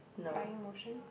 flying motion